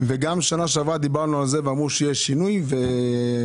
וגם בשנה שעברה דיברנו על זה ואמרו שיהיה שינוי והמבקר